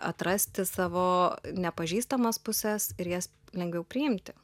atrasti savo nepažįstamas puses ir jas lengviau priimti